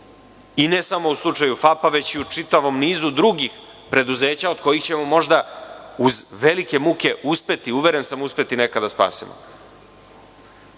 i ne samo u slučaju FAP-a, već i u čitavom nizu drugih preduzeća od kojih ćemo možda uz velike muke uspeti, uveren sam uspeti neka da spasimo.